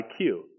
IQ